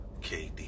KD